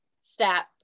step